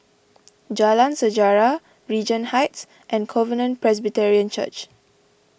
Jalan Sejarah Regent Heights and Covenant Presbyterian Church